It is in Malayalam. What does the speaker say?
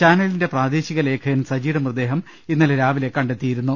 ചാനലിന്റെ പ്രാദേശിക ലേഖകൻ സജിയുടെ മൃതദേഹം ഇന്നലെ രാവിലെ കണ്ടെ് ത്തിയിരുന്നു